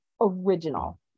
original